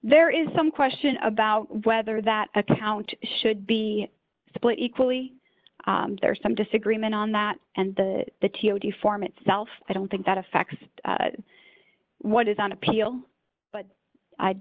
there is some question about whether that account should be split equally there's some disagreement on that and the cio deform itself i don't think that affects what is on appeal but i